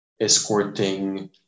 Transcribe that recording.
escorting